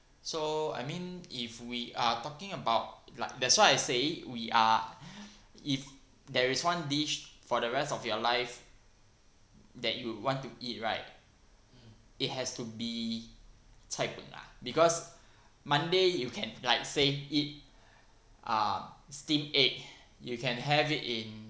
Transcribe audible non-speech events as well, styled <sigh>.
so I mean if we are talking about like that's why I say we are <breath> if there is one dish for the rest of your life that you want to eat right it has to be cai png lah because monday you can like say eat um steamed egg you can have it in